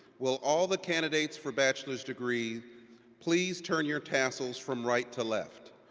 will all the candidates for bachelor degree please turn your tassels from right to left.